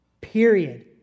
period